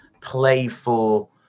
playful